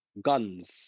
guns